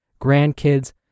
grandkids